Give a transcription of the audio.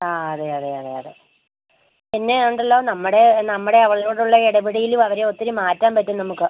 ആ അതെ അതെ അതെ അതെ പിന്നെ ഉണ്ടല്ലോ നമ്മുടെ നമ്മുടെ അവരോടുള്ള ഇടപെടൽ അവരെ ഒത്തിരി മാറ്റാൻ പറ്റും നമുക്ക്